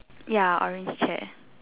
ya orange chair